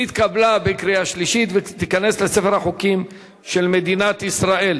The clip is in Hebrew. נתקבל בקריאה שלישית וייכנס לספר החוקים של מדינת ישראל.